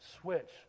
switch